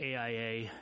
AIA